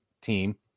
team